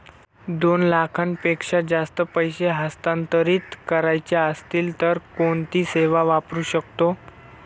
दोन लाखांपेक्षा जास्त पैसे हस्तांतरित करायचे असतील तर कोणती सेवा वापरू शकतो?